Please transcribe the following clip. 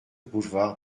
boulevard